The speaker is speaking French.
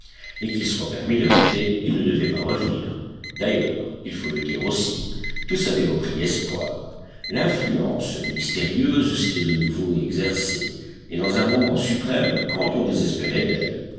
et qu'il soit permis d'ajouter il ne devait pas revenir d'ailleurs il faut le dire aussi tous avaient repris espoir l'influence mystérieuse s'était de nouveau exercée et dans un moment suprême quand on désespérait d'elle